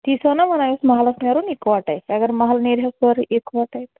تی سو نہ وَنان یہِ اوس مَحلَس نیرُن یِکوَٹَے اگر مَحلہٕ نیرِہہ سورُے یِکوَٹَے تہٕ